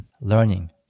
Learning